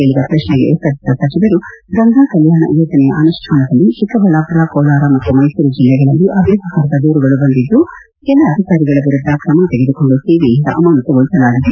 ಕೇಳಿದ ಪ್ರಶ್ನೆಗೆ ಉತ್ತರಿಸಿದ ಸಚಿವರು ಗಂಗಾ ಕಲ್ಯಾಣ ಯೋಜನೆಯ ಅನುಷ್ಠಾನದಲ್ಲಿ ಚಿಕ್ಕಬಳ್ಳಾಪುರ ಕೋಲಾರ ಮತ್ತು ಮೈಸೂರು ಜಿಲ್ಲೆಗಳಲ್ಲಿ ಅವ್ಯವಹಾರದ ದೂರುಗಳು ಬಂದಿದ್ದು ಕೆಲ ಅಧಿಕಾರಿಗಳ ವಿರುದ್ದ ಕ್ರಮ ತೆಗೆದುಕೊಂಡು ಸೇವೆಯಿಂದ ಅಮಾನತ್ತುಗೊಳಿಸಲಾಗಿದೆ